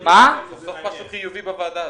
בתוך 172 עררים יש למעלה מ-4,000 עובדים.